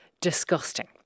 disgusting